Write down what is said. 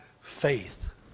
faith